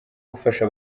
gufasha